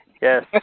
Yes